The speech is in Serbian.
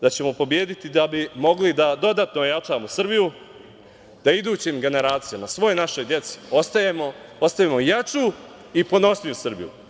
Da ćemo pobediti da bi mogli da dodatno ojačamo Srbiju da idućim generacijama i svoj našoj deci ostavimo jaču i ponosniju Srbiju.